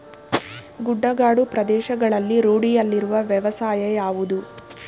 ಗುಡ್ಡಗಾಡು ಪ್ರದೇಶಗಳಲ್ಲಿ ರೂಢಿಯಲ್ಲಿರುವ ವ್ಯವಸಾಯ ಯಾವುದು?